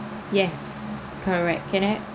yes correct can I